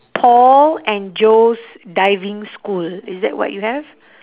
paul and joe's diving school is that what you have